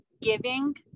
giving